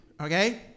Okay